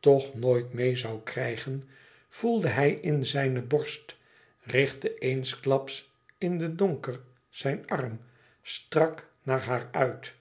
toch nooit meê zoû krijgen voelde hij in zijne borst richtte eensklaps in den donker zijn arm strak naar haar uit